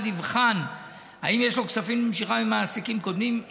יבחן אם יש לו כספים למשיכה ממעסיקים קודמים.